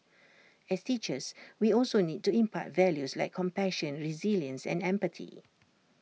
as teachers we also need to impart values like compassion resilience and empathy